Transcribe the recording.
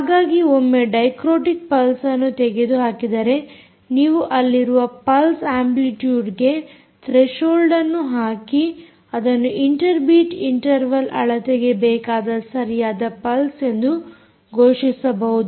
ಹಾಗಾಗಿ ಒಮ್ಮೆ ಡೈಕ್ರೋಟಿಕ್ ಪಲ್ಸ್ಅನ್ನು ತೆಗೆದು ಹಾಕಿದರೆ ನೀವು ಅಲ್ಲಿರುವ ಪಲ್ಸ್ ಅಂಪ್ಲಿಟ್ಯುಡ್ಗೆ ತ್ರೆಶೋಲ್ಡ್ಅನ್ನು ಹಾಕಿ ಅದನ್ನು ಇಂಟರ್ ಬೀಟ್ ಇಂಟರ್ವಲ್ ಅಳತೆಗೆ ಬೇಕಾದ ಸರಿಯಾದ ಪಲ್ಸ್ ಎಂದು ಘೋಷಿಸಬಹುದು